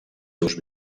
seus